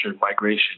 migration